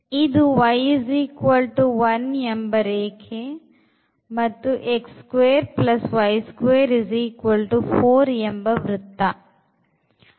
ಇದು y 1 ರೇಖೆ ಮತ್ತು ವೃತ್ತ